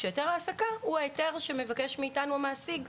היתר העסקה הוא ההיתר שמבקש מאיתנו המעסיק,